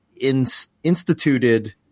instituted